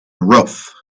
roof